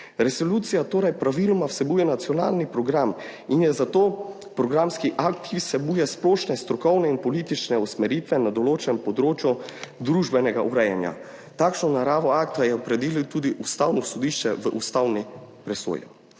Resolucija torej praviloma vsebuje nacionalni program in je zato programski akt, ki vsebuje splošne strokovne in politične usmeritve na določenem področju družbenega urejanja. Takšno naravo akta je opredelilo tudi ustavno sodišče v ustavni presoji.